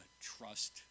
trust